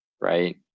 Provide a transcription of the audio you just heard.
right